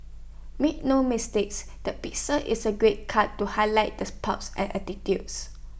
make no mistake the pixie is A great cut to highlight the spunk's and attitudes